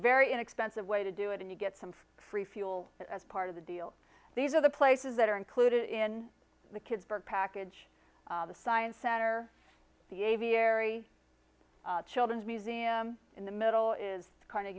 very inexpensive way to do it and you get some free fuel as part of the deal these are the places that are included in the kids for package the science center the aviary children's museum in the middle is